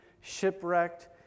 shipwrecked